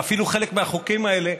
ואפילו חלק מהחוקים האלה,